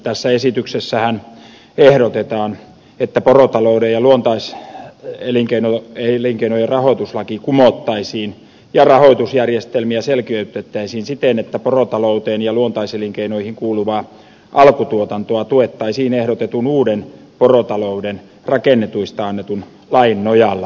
tässä esityksessähän ehdotetaan että porotalouden ja luontaiselinkeinojen rahoituslaki kumottaisiin ja rahoitusjärjestelmiä selkeytettäisiin siten että porotalouteen ja luontaiselinkeinoihin kuuluvaa alkutuotantoa tuettaisiin ehdotetun uuden porotalouden rakennetuista annetun lain nojalla